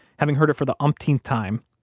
having heard it for the umpteenth time,